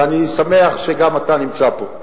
ואני שמח שגם אתה נמצא פה.